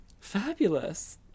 fabulous